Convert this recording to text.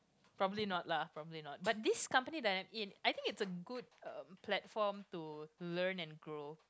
probably not lah probably not but this company that I'm in I think it's a good uh platform to learn and grow